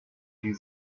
die